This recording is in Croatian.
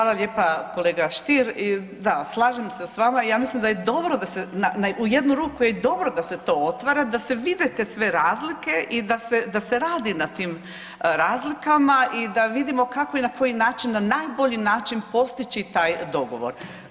Hvala lijepa kolega Stier i da slažem se s vama i ja mislim da je dobro da se, u jednu ruku je i dobro da se to otvara da se vide te sve razlike i da se radi na tim razlikama i da vidimo kako i na koji način, na najbolji način postići taj dogovor.